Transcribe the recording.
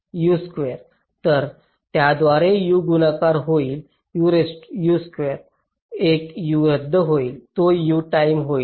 तर त्याद्वारे U गुणाकार होईल एक U रद्द होईल तो U टाईम होईल